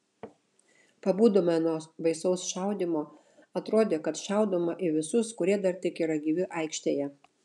pabudome nuo baisaus šaudymo atrodė kad šaudoma į visus kurie dar tik yra gyvi aikštėje